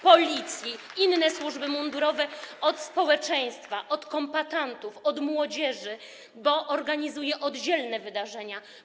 Policję, inne służby od społeczeństwa, od kombatantów, od młodzieży, bo organizuje oddzielne wydarzenia.